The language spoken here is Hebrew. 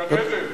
גן-עדן.